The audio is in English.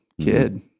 kid